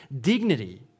dignity